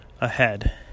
ahead